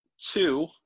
two